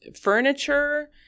furniture